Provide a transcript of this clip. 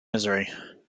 misery